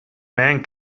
men